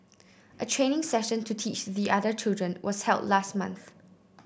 a training session to teach the other children was held last month